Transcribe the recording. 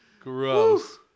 Gross